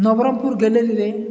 Nabarangpur ଗ୍ୟାଲେରୀରେ